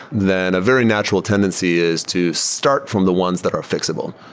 then a very natural tendency is to start from the ones that are fixable.